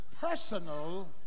personal